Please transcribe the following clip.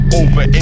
over